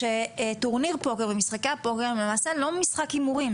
שטורניר פוקר ומשחקי הפוקר למעשה הם לא משחקי הימורים,